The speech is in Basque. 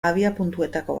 abiapuntuetako